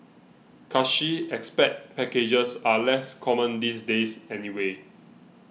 cushy expat packages are less common these days anyway